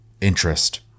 interest